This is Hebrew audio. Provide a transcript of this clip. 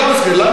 למה לא?